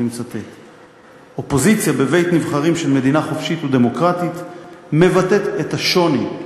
"אופוזיציה בבית-נבחרים של מדינה חופשית ודמוקרטית מבטאת את השוני,